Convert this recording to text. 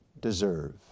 deserve